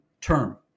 term